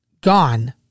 gone